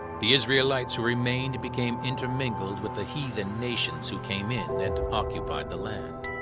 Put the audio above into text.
the israelites who remained became intermingled with the heathen nations who came in and occupied the land.